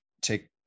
take